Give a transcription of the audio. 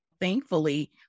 thankfully